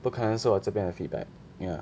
不可能是我这边的 feedback ya